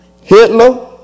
Hitler